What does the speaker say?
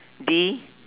D